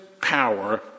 power